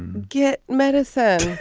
get medicine,